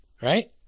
right